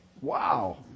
Wow